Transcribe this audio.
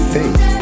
faith